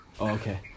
Okay